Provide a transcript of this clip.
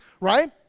right